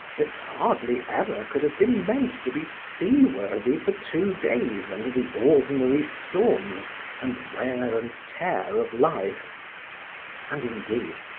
that hardly ever could have been meant to be seaworthy for two days under the ordinary storms and wear and tear of life and indeed,